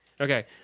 Okay